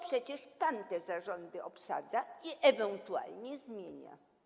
Przecież to pan te zarządy obsadza i ewentualnie zmienia.